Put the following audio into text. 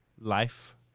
life